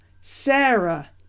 Sarah